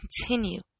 continue